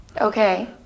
Okay